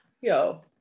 yo